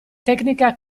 tecnica